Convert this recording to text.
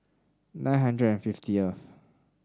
nine hundred and fifty